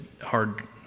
hard